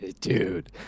Dude